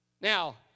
Now